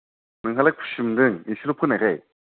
नोंहालाय खुसि मोनदों एसेल' फोनायखाय